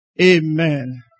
Amen